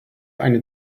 eine